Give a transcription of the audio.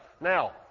Now